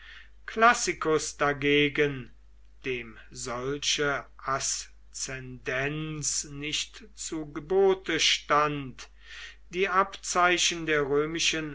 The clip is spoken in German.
classicus dagegen dem solche aszendenz nicht zu gebote stand die abzeichen der römischen